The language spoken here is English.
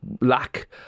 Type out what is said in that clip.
lack